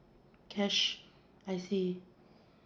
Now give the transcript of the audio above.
cash I see